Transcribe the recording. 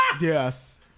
Yes